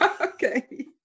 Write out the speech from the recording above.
Okay